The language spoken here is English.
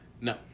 No